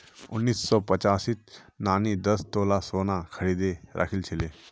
उन्नीस सौ पचासीत नानी दस तोला सोना खरीदे राखिल छिले